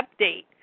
update